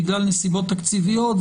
בגלל נסיבות תקציביות.